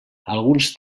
alguns